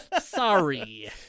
Sorry